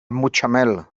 mutxamel